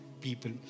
people